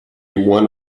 one